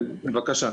כן, בבקשה.